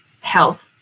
health